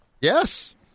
Yes